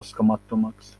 oskamatumaks